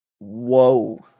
whoa